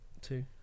Two